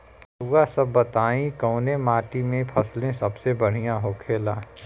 रउआ सभ बताई कवने माटी में फसले सबसे बढ़ियां होखेला?